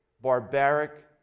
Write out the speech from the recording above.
barbaric